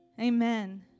amen